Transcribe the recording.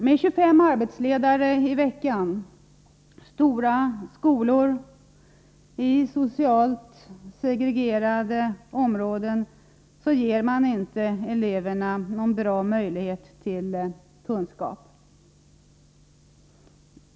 Med 25 arbetsledare i veckan i stora skolor inom socialt segregerade områden ger man inte eleverna goda möjligheter till kunskaper.